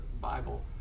Bible